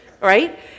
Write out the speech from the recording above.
Right